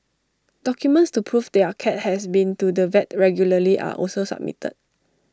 documents to prove their cat has been to the vet regularly are also submitted